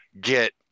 get